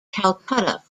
calcutta